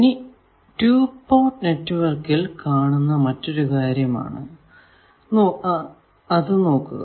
ഇനി 2 പോർട്ട് നെറ്റ്വർക്കിൽ കാണുന്ന മറ്റൊരു കാര്യം നോക്കാം